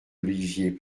olivier